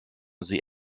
sie